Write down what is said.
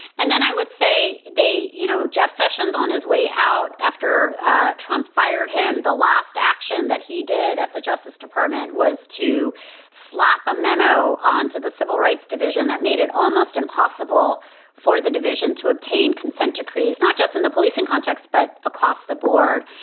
and then i would say they you know, jeff sessions on his way out after trump fired him. the last action that he did at the justice department was to slap a memo onto the civil rights division that made it almost impossible for the division to obtain consent decrees, not just in the policing context, but across the board.